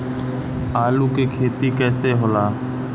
आलू के खेती कैसे होला?